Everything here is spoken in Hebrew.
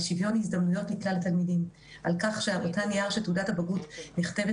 על שוויון הזדמנויות לכלל התלמידים ועל כך שהניר שתעודת הבגרות נכתבת